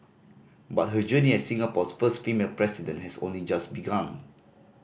but her journey as Singapore's first female President has only just begun